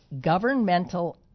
Governmental